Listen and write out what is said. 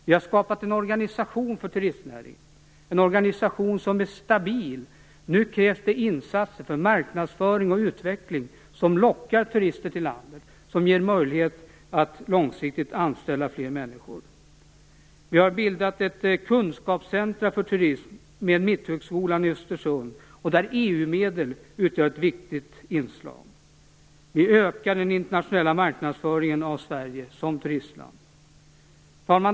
Vi har skapat en organisation för turistnäringen som är stabil. Nu krävs det insatser för marknadsföring och utveckling som lockar turister till landet, något som ger möjlighet att långsiktigt anställa fler människor. Vi har bildat ett kunskapscentrum för turism med Mitthögskolan i Östersund där EU-medel utgör ett viktigt inslag. Vi ökar den internationella marknadsföringen av Sverige som turistland. Herr talman!